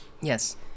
Yes